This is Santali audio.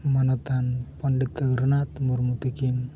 ᱢᱟᱱᱚᱛᱷᱟᱱ ᱯᱚᱸᱰᱤᱛ ᱨᱚᱜᱷᱩᱱᱟᱛᱷ ᱢᱩᱨᱢᱩ ᱛᱟᱹᱠᱤᱱ